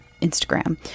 Instagram